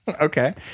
Okay